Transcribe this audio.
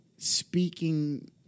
speaking